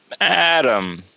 Adam